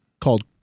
called